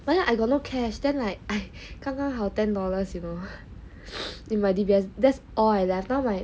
but then I got no cash then like I 刚刚好 ten dollars you know in my D_B_S that's all I left now like